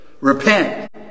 Repent